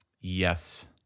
yes